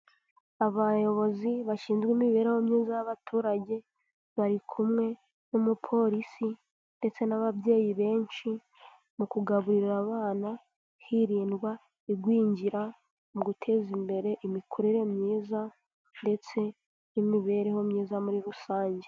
Abayobozi bashinzwe imibereho myiza y'abaturage bari kumwe n'umupolisi ndetse n'ababyeyi benshi mu kugaburira abana hirindwa igwingira mu guteza imbere imikorere myiza ndetse n'imibereho myiza muri rusange.